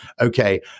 Okay